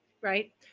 Right